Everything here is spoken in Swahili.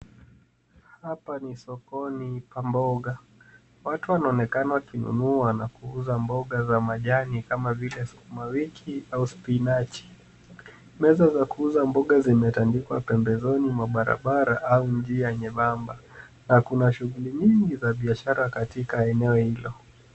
Hapa ni sokoni pa mboga. Watu wanaonekana wakinunua na kuuza mboga za majani kama vile sukumawiki au spinachi. Meza za kuuza mboga zimetandikwa pembezoni mwa barabara au njia nyembamba. Na kuna shughuli nyingi za biashara katika eneo hilo.